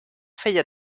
feia